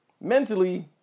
Mentally